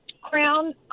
crown